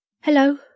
Hello